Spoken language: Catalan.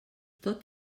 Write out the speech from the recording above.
tot